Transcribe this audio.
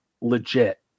legit